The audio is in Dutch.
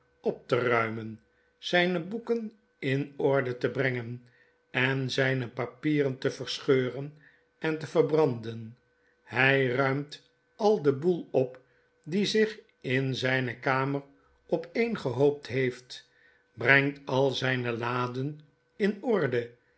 op te ruimen zijne boeken in orde te brengen en zijne papieren te verscheuren en te verbranden hij ruimt al den boel op die zich in zijne kamer opeengehoopt heeft brengt al zijne laden in orde